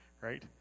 Right